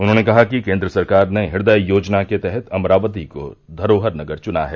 उन्होंने कहा कि केन्द्र सरकार ने हृदय योजना के तहत अमरावती को धरोहर नगर चुना है